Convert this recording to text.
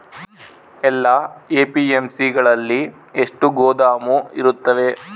ಎಲ್ಲಾ ಎ.ಪಿ.ಎಮ್.ಸಿ ಗಳಲ್ಲಿ ಎಷ್ಟು ಗೋದಾಮು ಇರುತ್ತವೆ?